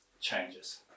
changes